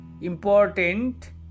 important